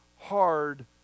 hard